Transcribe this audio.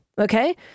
okay